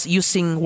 using